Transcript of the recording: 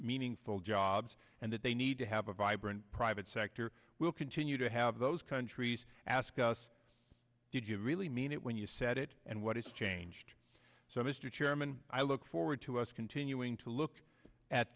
meaningful jobs and that they need to have a vibrant private sector we'll continue to have those countries ask us did you really mean it when you said it and what has changed so mr chairman i look forward to us continuing to look at